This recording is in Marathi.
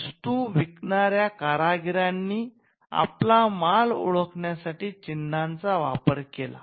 वस्तू विकणार्या कारागिरांनी आपला माल ओळखण्यासाठी चिन्हांचा वापर केला